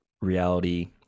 reality